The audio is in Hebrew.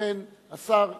ולכן השר יכול,